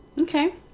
Okay